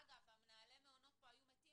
אגב, מנהלי המעונות פה היו מתים